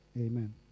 Amen